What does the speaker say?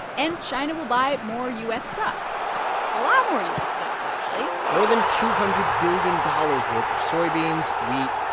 and china will buy more u s. stuff a lot more u s. stuff, actually more than two hundred billion dollars worth of soybeans, wheat,